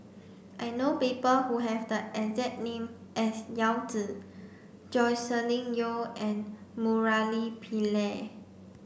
I know people who have the exact name as Yao Zi Joscelin Yeo and Murali Pillai